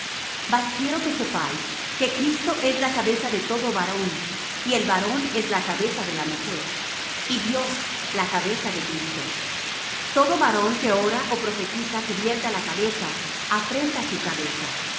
mas quiero que sepáis que cristo es la cabeza de todo varón y el varón es la cabeza de la mujer y dios la cabeza de cristo todo varón que ora ó profetiza cubierta la cabeza afrenta su cabeza